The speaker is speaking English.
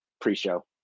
pre-show